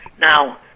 Now